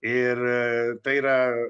ir tai yra